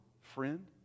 friend